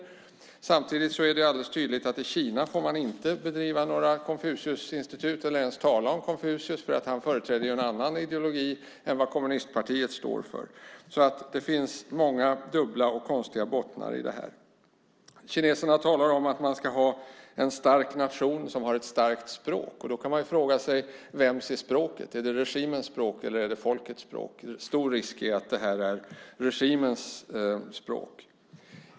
Det är samtidigt alldeles tydligt att man i Kina inte får bedriva några Konfuciusinstitut eller ens tala om Konfucius eftersom han företräder en annan ideologi än den som kommunistpartiet står för. Det finns många dubbla och konstiga bottnar i detta. Kineserna talar om att man ska ha en stark nation som har ett starkt språk. Man kan fråga sig vems språket är. Är det regimens språk eller är det folkets språk? En stor risk är att det är regimens språk.